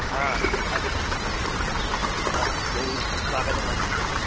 हा आगच्छतु तर्हि हा बहु स्वागतमस्ति तर्हि